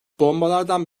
bombalardan